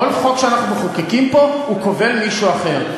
כל חוק שאנחנו מחוקקים פה כובל מישהו אחר.